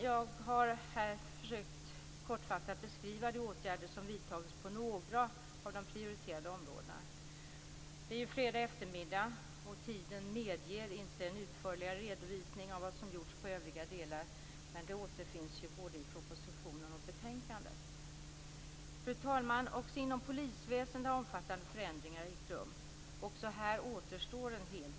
Jag har här kortfattat försökt att beskriva de åtgärder som vidtagits på några av de prioriterade områdena. Det är fredag eftermiddag och tiden medger inte en utförligare redovisning av vad som gjorts på övriga delar, men detta återfinns både i propositionen och i betänkandet. Fru talman! Även inom polisväsendet har omfattande förändringar ägt rum. Också här återstår en hel del.